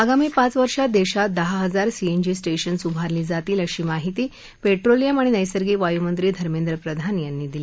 आगामी पाच वर्षात दश्वत दहा हजार सीएनजी स्ट्रश्वस्स उभारली जातील अशी माहिती पर्ट्रीलियम आणि नैसर्गिक वायुमंत्री धर्मेंद्र प्रधान यांनी दिली